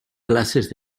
clases